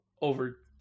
over